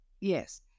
Yes